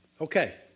Okay